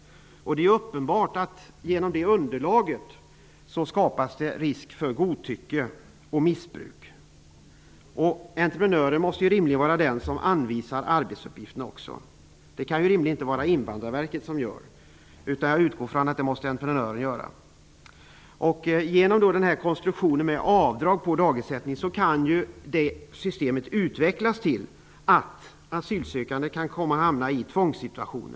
Det är uppenbart att det genom det här underlaget uppstår en risk för godtycke och missbruk. Entreprenören måste rimligen vara den som anvisar arbetsuppgifterna. Det skall väl inte Invandrarverket göra. Jag utgår alltså från att det är entreprenören som gör det. Genom en sådan här konstruktion med avdrag på dagersättningen kan systemet utvecklas så att asylsökande hamnar i en tvångssituation.